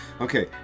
Okay